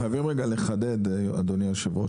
אדוני היושב-ראש,